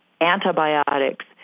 antibiotics